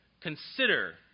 consider